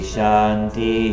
Shanti